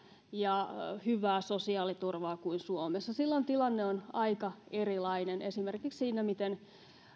ja hyvää sosiaaliturvaa kuin suomessa silloin tilanne on aika erilainen esimerkiksi siinä miten